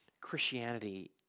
Christianity